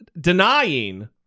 denying